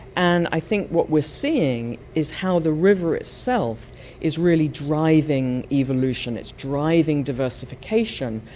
and i think what we're seeing is how the river itself is really driving evolution, it's driving diversification.